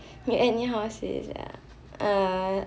you anyhow say sia err